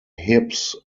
hips